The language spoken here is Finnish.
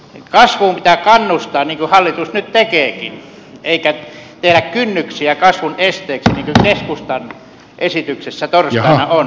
kasvuun pitää kannustaa niin kuin hallitus nyt tekeekin eikä tehdä kynnyksiä kasvun esteeksi niin kuin keskustan esityksessä torstaina on